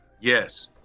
yes